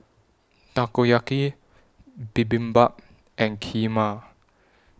Takoyaki Bibimbap and Kheema